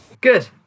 Good